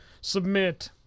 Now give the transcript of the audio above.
submit